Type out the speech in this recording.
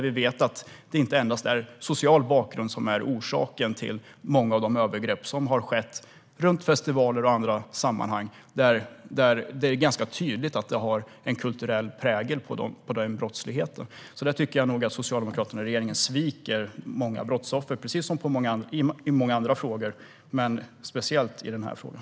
Vi vet att inte endast social bakgrund har varit orsak till många av de övergrepp som skett på festivaler och i andra sammanhang. Det finns en ganska tydlig kulturell prägel på den brottsligheten. Jag tycker nog att Socialdemokraterna och regeringen sviker många brottsoffer, precis som man gör i många andra frågor men speciellt i den här frågan.